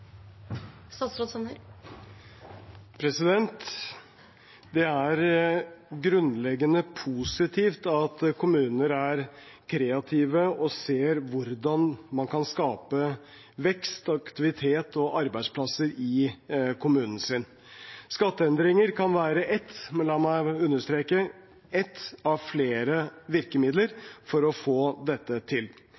kreative og ser hvordan man kan skape vekst, aktivitet og arbeidsplasser i kommunen sin. Skatteendringer kan være ett – men la meg understreke ett – av flere virkemidler